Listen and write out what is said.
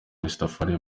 rastafari